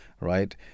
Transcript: Right